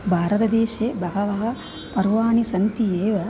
भारतदेशे बहूनि पर्वाणि सन्ति एव